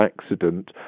accident